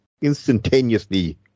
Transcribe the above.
instantaneously